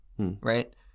Right